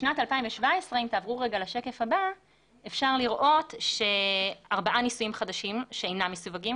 בשנת 2017 אפשר לראות ארבעה ניסויים חדשים שאינם מסווגים,